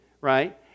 right